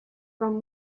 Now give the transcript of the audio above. from